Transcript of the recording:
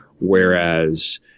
Whereas